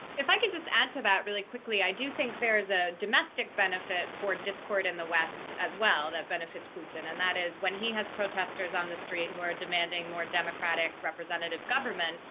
if i could just add to that really quickly, i do think there is a domestic benefit for discord in the west as well, that benefits putin. and that is, when he has protesters on the street who are demanding more democratic representative government,